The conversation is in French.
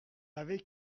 avait